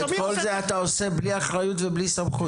ואת כל זה אתה עושה בלי אחריות ובלי סמכות?